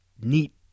neat